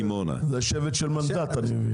יש מקומות שהתחבורה בהם קשה